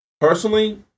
Personally